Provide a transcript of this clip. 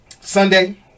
Sunday